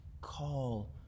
call